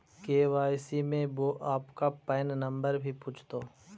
KYC में वो आपका पैन नंबर भी पूछतो